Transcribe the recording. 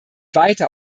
weiter